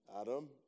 Adam